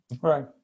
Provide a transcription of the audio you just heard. Right